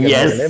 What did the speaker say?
Yes